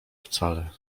wcale